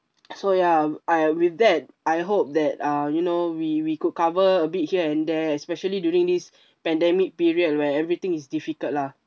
so ya I with that I hope that uh you know we we could cover a bit here and there especially during this pandemic period where everything is difficult lah